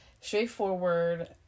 Straightforward